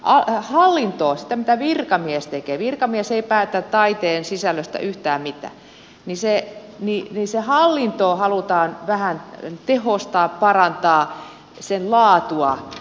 hallintoa sitä mitä virkamies tekee virkamies ei päätä taiteen sisällöstä yhtään mitään halutaan vähän tehostaa parantaa sen laatua